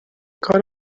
کار